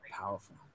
powerful